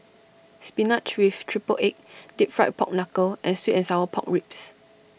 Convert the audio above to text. Spinach with Triple Egg Deep Fried Pork Knuckle and Sweet and Sour Pork Ribs